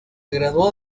graduó